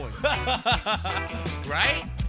Right